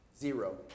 Zero